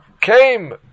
came